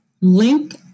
link